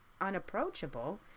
unapproachable